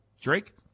Drake